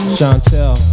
Chantel